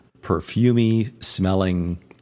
perfumey-smelling